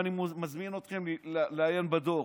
ואני מזמין אתכם לעיין בדוח,